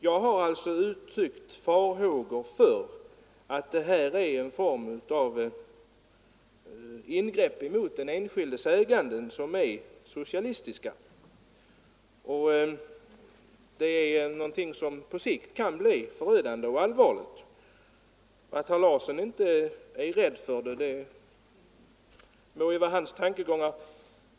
Jag har uttryckt farhågor för att den här föreslagna lagstiftningen är en form av ingrepp mot den enskildes ägande som är socialisering och någonting som på sikt kan bli förödande och allvarligt. Det må vara herr Larssons tankegångar som gör att han inte är rädd för sådant.